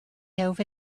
over